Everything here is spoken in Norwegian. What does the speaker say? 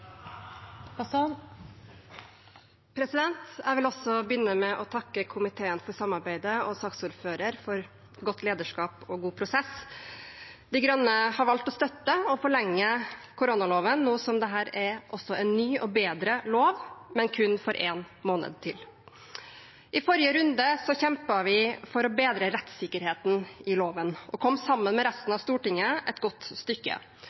Jeg vil også begynne med å takke komiteen for samarbeidet og saksordføreren for godt lederskap og god prosess. De Grønne har valgt å støtte å forlenge koronaloven nå som dette også er en ny og bedre lov, men kun for én måned til. I forrige runde kjempet vi for å bedre rettssikkerheten i loven og kom sammen med resten av Stortinget et godt stykke.